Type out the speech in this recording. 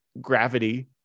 gravity